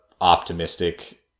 optimistic